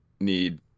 need